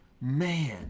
man